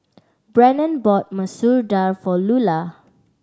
Brennen bought Masoor Dal for Lular